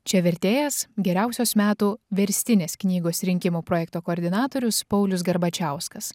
čia vertėjas geriausios metų verstinės knygos rinkimų projekto koordinatorius paulius garbačiauskas